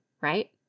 right